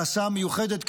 בהסעה מיוחדת,